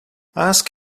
ask